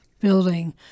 building